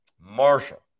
Marshall